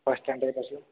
first स्टँडर्डपासून